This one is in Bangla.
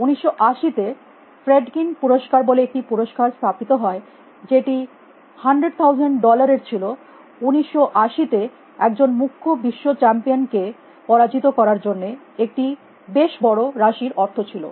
1980 তে ফ্রেডকিন পুরস্কার বলে একটি পুরস্কার স্থাপিত হয় যেটি 100000 ডলার এর ছিল 1980 তে একজন মুখ্য বিশ্ব চ্যাম্পিয়ন কে পরাজিত করার জন্য এটি বেশ বড় রাশির অর্থ ছিল